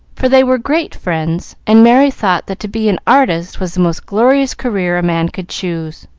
for they were great friends, and merry thought that to be an artist was the most glorious career a man could choose.